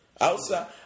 outside